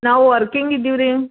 ನಾವು ವರ್ಕಿಂಗ್ ಇದ್ದೀವಿ ರೀ